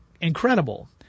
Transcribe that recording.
Incredible